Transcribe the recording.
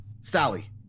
Sally